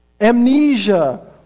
amnesia